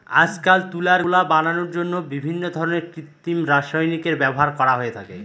আজকাল তুলার গোলা বানানোর জন্য বিভিন্ন ধরনের কৃত্রিম রাসায়নিকের ব্যবহার করা হয়ে থাকে